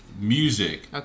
Music